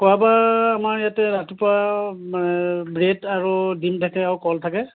খোৱা বোৱা আমাৰ ইয়াতে ৰাতিপুৱা ব্ৰেড আৰু ডিম থাকে আৰু কল থাকে